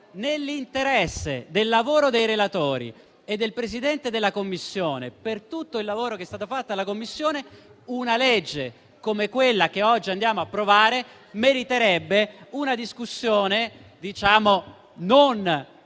nell'interesse del lavoro dei relatori e del Presidente della Commissione, per tutto il lavoro che è stato fatto dalla Commissione, un provvedimento come quello che ci accingiamo ad approvare meriterebbe una discussione non in una